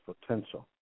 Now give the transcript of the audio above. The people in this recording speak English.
potential